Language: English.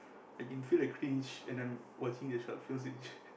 I can feel the cringe when I'm watching the short films which